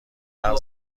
حرف